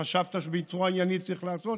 שחשבת שבצורה עניינית צריך לעשות.